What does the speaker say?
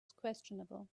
questionable